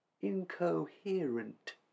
incoherent